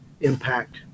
impact